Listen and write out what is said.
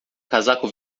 casaco